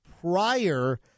prior